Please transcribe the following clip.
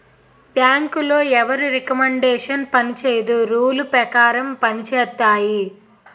బ్యాంకులో ఎవరి రికమండేషన్ పనిచేయదు రూల్ పేకారం పంజేత్తాయి